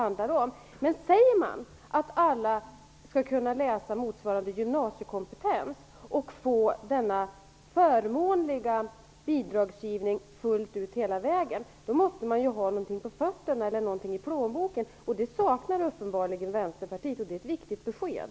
Men om man säger att alla skall kunna läsa motsvarande gymnasiekompetens och få denna förmånliga bidragsgivning fullt ut hela vägen, måste man ju ha något på fötterna eller något i plånboken. Det saknar uppenbarligen Vänsterpartiet, och det är ett viktigt besked.